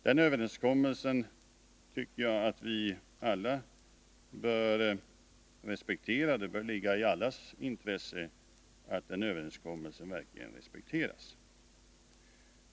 Jag tycker att det bör ligga i allas intresse att den överenskommelsen verkligen respekteras.